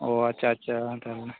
ᱚ ᱟᱪᱪᱷᱟ ᱟᱪᱪᱷᱟ ᱛᱟᱦᱚᱞᱮ